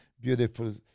beautiful